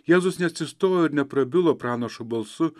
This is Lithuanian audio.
jėzus neatsistojo ir neprabilo pranašo balsu